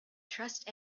trust